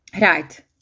Right